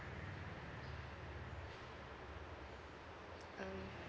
mm